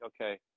okay